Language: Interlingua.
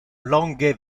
longe